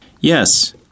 Yes